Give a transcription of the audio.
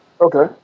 Okay